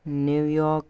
New York